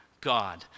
God